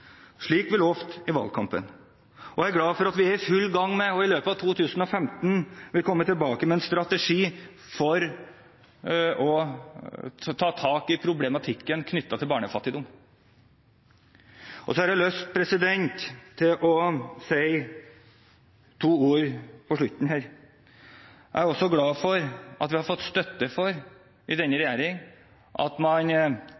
slik vi lovte i valgkampen. Jeg er i tillegg glad for at vi er i full gang med og i løpet av 2015 vil komme tilbake med en strategi for å ta tak i problematikken knyttet til barnefattigdom. Så har jeg lyst til å si to ord på slutten. Jeg er også glad for at vi har fått støtte i denne regjeringen for at man